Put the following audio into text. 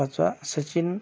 पाचवा सचिन